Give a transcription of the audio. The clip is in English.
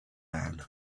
man